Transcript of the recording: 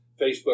Facebook